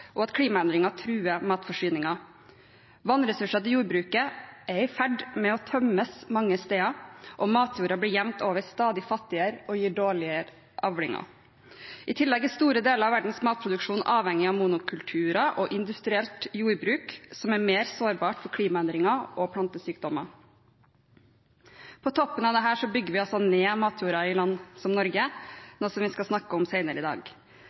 og at klimaendringer truer matforsyningen. Vannressursene til jordbruket er i ferd med å tømmes mange steder, og matjorda blir jevnt over stadig fattigere og gir dårligere avlinger. I tillegg er store deler av verdens matproduksjon avhengig av monokulturer og industrielt jordbruk, som er mer sårbart for klimaendringer og plantesykdommer. På toppen av dette bygger vi altså ned matjorda i land som Norge – noe vi skal snakke om senere i dag.